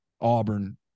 Auburn